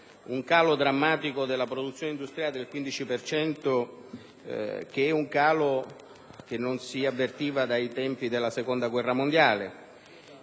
un calo drammatico della produzione industriale del 15 per cento, calo che non si avvertiva dai tempi della Seconda guerra mondiale